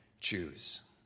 choose